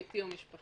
ביתי או משפחתי.